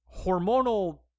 hormonal